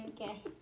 Okay